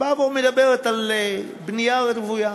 והם מדברים על בנייה רוויה.